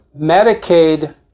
Medicaid